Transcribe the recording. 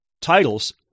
titles